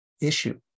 issue